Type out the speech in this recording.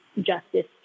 justice